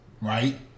Right